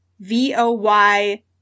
V-O-Y